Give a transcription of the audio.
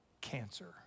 cancer